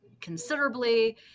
considerably